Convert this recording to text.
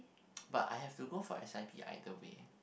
but I have to go for S_I_P either way